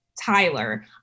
Tyler